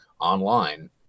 online